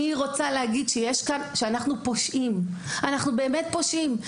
אני רוצה להגיד שאנחנו באמת פושעים.